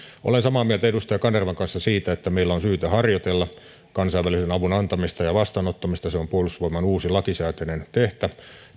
olen samaa mieltä edustaja kanervan kanssa siitä että meillä on syytä harjoitella kansainvälisen avun antamista ja vastaanottamista se on puolustusvoimain uusi lakisääteinen tehtävä